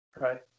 right